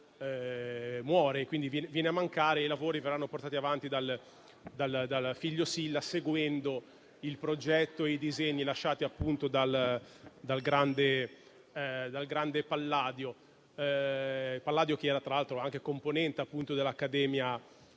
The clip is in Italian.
(i lavori verranno portati avanti dal figlio Silla seguendo il progetto e i disegni lasciati dal grande Palladio, che era tra l'altro anche componente dell'Accademia olimpica).